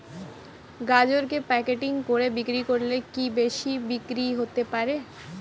গাজরকে প্যাকেটিং করে বিক্রি করলে কি বেশি বিক্রি হতে পারে?